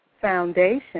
foundation